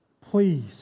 please